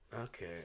Okay